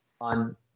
on